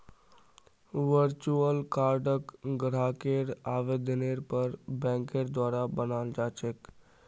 virtual कार्डक ग्राहकेर आवेदनेर पर बैंकेर द्वारा बनाल जा छेक